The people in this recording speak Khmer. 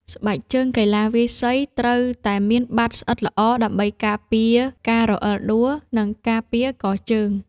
ស្បែកជើងកីឡាវាយសី ត្រូវតែមានបាតស្អិតល្អដើម្បីការពារការរអិលដួល និងការពារកជើង។